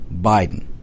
Biden